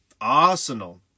Arsenal